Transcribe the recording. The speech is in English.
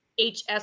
HS